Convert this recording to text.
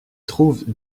trouve